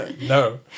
No